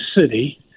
city